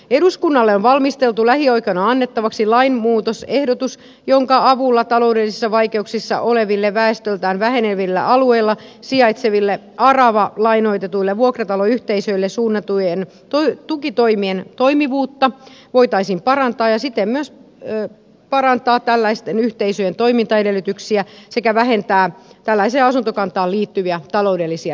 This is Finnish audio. eduskunnalle on valmisteltu lähiaikoina annettavaksi lainmuutosehdotus jonka avulla taloudellisissa vaikeuksissa oleville väestöltään vähenevillä alueilla sijaitseville aravalainoitetuille vuokrataloyhteisöille suunnattujen tukitoimen toimivuutta voitaisiin parantaa ja siten myös parantaa tällaisten yhteisöjen toimintaedellytyksiä sekä vähentää tällaiseen asuntokantaan liittyviä taloudellisia riskejä